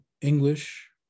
English